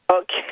Okay